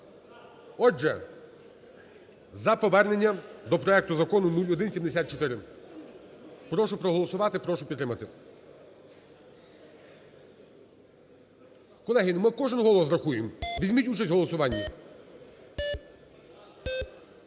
Отже, за повернення до проекту Закону 0174. Прошу проголосувати. Прошу підтримати. Колеги, ми кожен голос рахуємо, візьміть участь у голосуванні.